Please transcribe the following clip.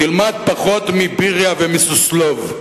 תִלמד פחות מביריה ומסוסלוב.